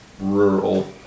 Rural